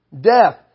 Death